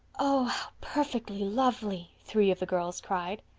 oh, how perfectly lovely! three of the girls cried.